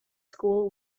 school